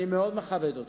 אני מאוד מכבד אותך,